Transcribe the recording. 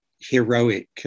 heroic